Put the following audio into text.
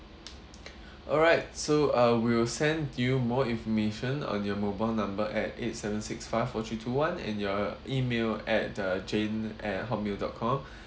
alright so uh we'll send you more information on your mobile number at eight seven six five four three two one and your email at the jane at hotmail dot com